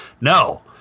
No